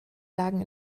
lagen